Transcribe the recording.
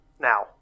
now